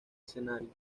escenario